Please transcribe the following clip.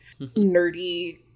nerdy